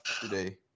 today